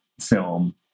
film